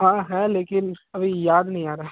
हाँ है लेकिन अभी याद नहीं आ रहा